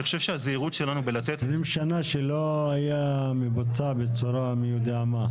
20 שנה שלא היה מבוצע בצורה מי יודע מה.